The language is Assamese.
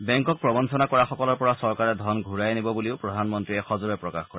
বেংকক প্ৰৱঞ্চনা কৰা সকলৰ পৰা চৰকাৰে ধন ঘূৰাই আনিব বুলিও প্ৰধানমন্ত্ৰীয়ে সজোৰে প্ৰকাশ কৰে